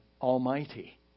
Almighty